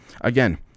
Again